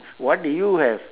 what do you have